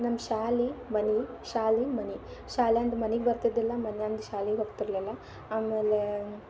ನಮ್ಮ ಶಾಲೆ ಮನೆ ಶಾಲೆ ಮನೆ ಶಾಲ್ಯಾಂದು ಮನಿಗೆ ಬರ್ತಿದ್ದಿಲ್ಲ ಮನ್ಯಾಂದು ಶಾಲಿಗೆ ಹೋಗ್ತಿರಲಿಲ್ಲ ಆಮೇಲೆ